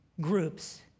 groups